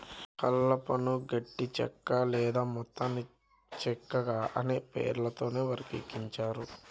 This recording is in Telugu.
కలపను గట్టి చెక్క లేదా మెత్తని చెక్కగా అనే పేర్లతో వర్గీకరించారు